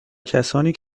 کسانی